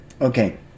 Okay